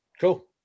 Cool